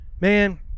man